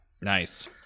Nice